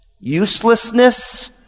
uselessness